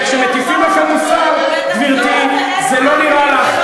וכשמטיפים לכם מוסר, גברתי, זה לא נראה לך.